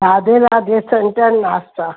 राधे राधे सरिता नास्ता